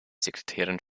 sekretärin